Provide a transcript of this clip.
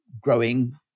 growing